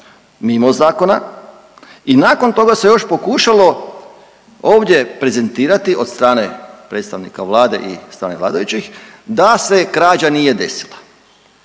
mimo zakona i nakon toga se još pokušalo ovdje prezentirati od strane predstavnika vlade i strane vladajućih da se krađa nije desila.